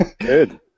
Good